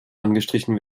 angestrichen